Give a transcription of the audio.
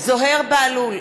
זוהיר בהלול,